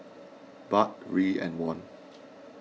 Baht Riel and Won